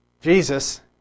Jesus